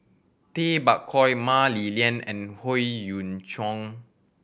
Tay Bak Koi Mah Li Lian and Howe Yoon Chong